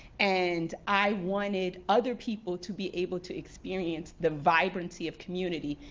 and i wanted other people to be able to experience the vibrancy of community,